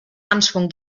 anschwung